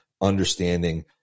understanding